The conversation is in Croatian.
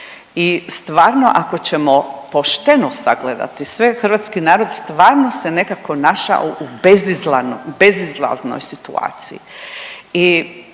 I stvarno ako ćemo pošteno sagledati sve hrvatski narod stvarno se nekako našao u bezizlaznoj situaciji.